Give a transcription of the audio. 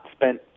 spent